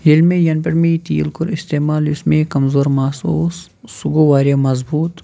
ییٚلہِ مےٚ یَنہٕ پٮ۪ٹھ مےٚ یہِ تیٖل کوٚر استعمال یُس مےٚ یہِ کمزور مس اوس سُہ گوٚو واریاہ مَضبوٗط